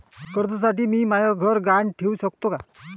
कर्जसाठी मी म्हाय घर गहान ठेवू सकतो का